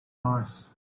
mars